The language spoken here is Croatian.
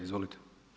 Izvolite.